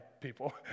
people